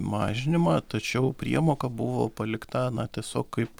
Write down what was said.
mažinimą tačiau priemoka buvo palikta na tiesiog kaip